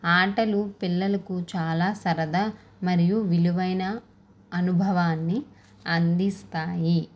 ఆటలు పిల్లలకు చాలా సరదా మరియు విలువైన అనుభవాన్ని అందిస్తాయి